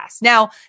Now